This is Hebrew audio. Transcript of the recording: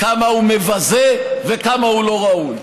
כמה הוא מבזה וכמה הוא לא ראוי.